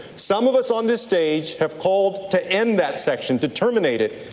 some of us on this stage have called to end that section, to terminate it.